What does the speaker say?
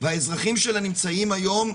והאזרחים שלה נמצאים היום,